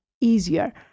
easier